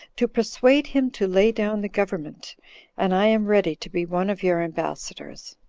to persuade him to lay down the government and i am ready to be one of your ambassadors.